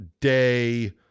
Day